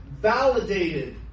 validated